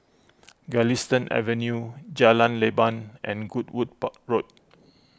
Galistan Avenue Jalan Leban and Goodwood Park Road